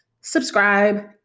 subscribe